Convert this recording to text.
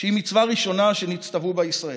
שהיא מצווה ראשונה שנצטוו בה ישראל,